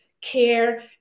care